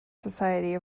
society